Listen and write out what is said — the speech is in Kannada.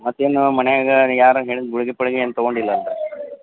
ಮತ್ತೇನು ಮನೆಯಾಗ ಯಾರೋ ಹೇಳಿದ ಗುಳ್ಗೆ ಪಳ್ಗೆ ಏನೂ ತೊಗೊಂಡಿಲ್ಲಲ್ಲ ರಿ